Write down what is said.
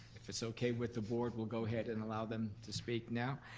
if it's okay with the board, we'll go ahead and allow them to speak now.